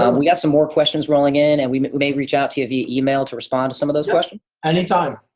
um we got some more questions rolling in and we may reach out to you via email to respond to some of those questions? thirty